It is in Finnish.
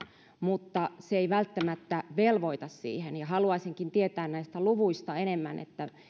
mutta se ei välttämättä velvoita siihen ja haluaisinkin tietää näistä luvuista enemmän